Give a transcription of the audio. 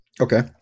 Okay